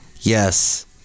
Yes